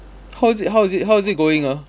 how is it how is it how is it going ah